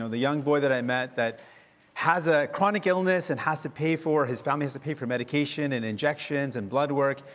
the young boy that i met that has a chronic illness and has to pay for his family has to pay for medication and injections and blood work.